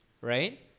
right